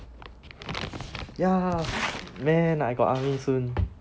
ya man I got army soon